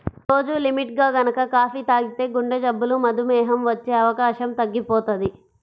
రోజూ లిమిట్గా గనక కాపీ తాగితే గుండెజబ్బులు, మధుమేహం వచ్చే అవకాశం తగ్గిపోతది